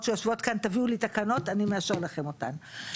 שיושבות כאן תביאו לי תקנות אני מאשר לכם אותן.